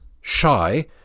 shy